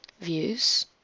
views